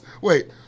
wait